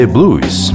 Blues